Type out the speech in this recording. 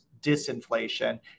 disinflation